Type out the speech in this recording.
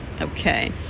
okay